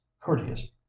courteous